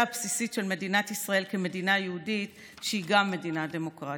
הבסיסית של מדינת ישראל כמדינה יהודית שהיא גם מדינה דמוקרטית.